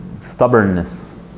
stubbornness